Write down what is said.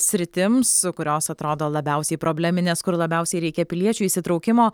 sritims kurios atrodo labiausiai probleminės kur labiausiai reikia piliečių įsitraukimo